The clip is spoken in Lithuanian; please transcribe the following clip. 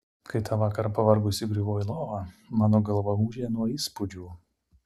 kai tą vakarą pavargusi griuvau į lovą mano galva ūžė nuo įspūdžių